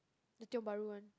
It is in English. the Tiong-Bharu one